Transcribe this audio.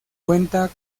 cuenta